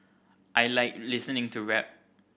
I like listening to rap